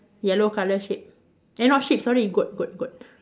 yellow colour sheep eh not sheep sorry goat goat goat